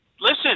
listen